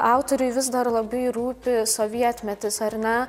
autoriui vis dar labai rūpi sovietmetis ar ne